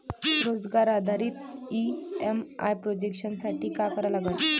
रोजगार आधारित EMI projection साठी का करा लागन?